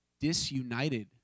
disunited